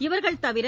இவர்கள்தவிர